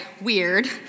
weird